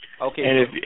Okay